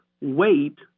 weight